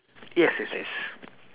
yes yes yes